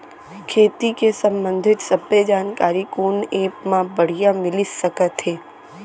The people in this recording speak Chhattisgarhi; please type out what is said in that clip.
खेती के संबंधित सब्बे जानकारी कोन एप मा बढ़िया मिलिस सकत हे?